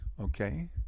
okay